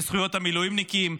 בזכויות המילואימניקים,